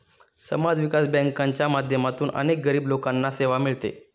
समाज विकास बँकांच्या माध्यमातून अनेक गरीब लोकांना सेवा मिळते